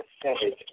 percentage